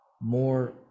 more